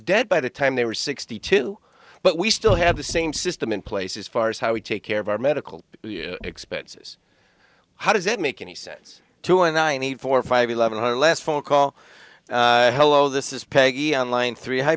dead by the time they were sixty two but we still have the same system in place as far as how we take care of our medical expenses how does it make any sense to a ninety four five eleven i last phone call hello this is peggy on line three hi